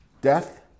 death